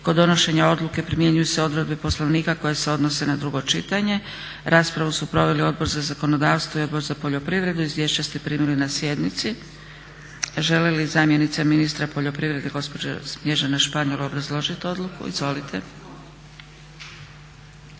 Kod donošenja odluke primjenjuju se odredbe Poslovnika koje se odnose na drugo čitanje. Raspravu su proveli Odbor za zakonodavstvo i Odbor za poljoprivredu. Izvješća ste primili na sjednici. Želi li zamjenica ministra poljoprivrede gospođa Snježana Španjol obrazložiti odluku? Izvolite.